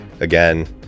Again